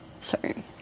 Sorry